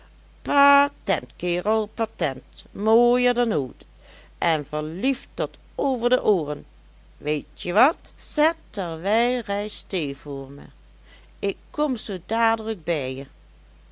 patent kerel patent mooier dan ooit en verliefd tot over de ooren weetje wat zet terwijl reis thee voor me ik kom zoo dadelijk bij je